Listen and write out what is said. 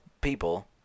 people